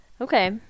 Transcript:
Okay